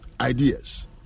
Ideas